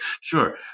Sure